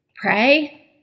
pray